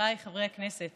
מתכנסים חברי וחברות הכנסת